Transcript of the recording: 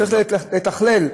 צריך לתכלל,